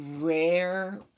rare